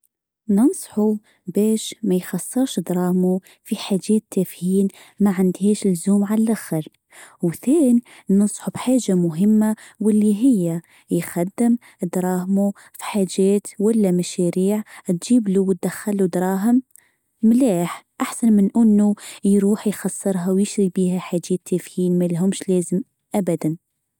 ننصح باش ما يخسرش دراهمو في حاجات تافهين معندهاش لزوم على الأخر وثان نصحوا بحاجه مهمه واللي هي يخدم دراهمه فحاجات ولا مشاريع تجيب له وتدخله دراهم ملاح أحسن من انه يروح يخسرها ويشتري بها حاجات تافهين ملهمش لازم ابداً.